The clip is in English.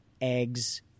eggs